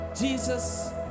Jesus